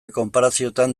konparazioetan